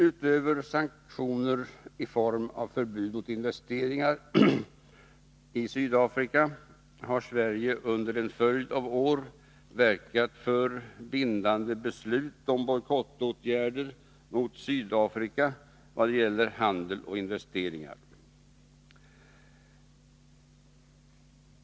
Utöver sanktioner i form av förbud mot investeringar i Sydafrika har Sverige under en följd av år verkat för bindande beslut om bojkottåtgärder mot Sydafrika i vad gäller handel och investeringar.